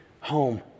home